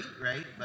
right